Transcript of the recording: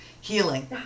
healing